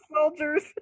soldiers